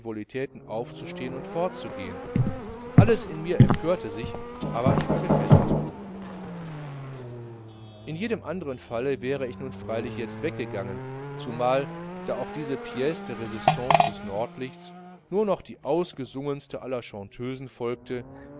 aufzustehen und fortzugehen alles in mir empörte sich aber ich war gefesselt in jedem anderen falle wäre ich nun freilich jetzt weggegangen zumal da auf diese pice de resistance des nordlichtes nur noch die ausgesungenste aller chanteusen folgte